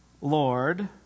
Lord